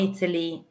Italy